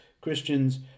Christians